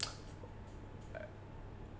uh